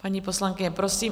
Paní poslankyně, prosím.